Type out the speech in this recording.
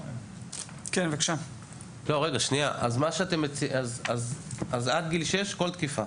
את מציעה עד גיל שש, כל תקיפה.